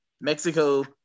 Mexico